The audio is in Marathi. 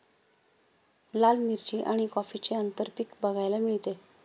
लाल मिरची आणि कॉफीचे आंतरपीक बघायला मिळते